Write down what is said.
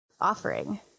offering